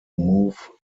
move